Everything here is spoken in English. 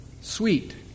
sweet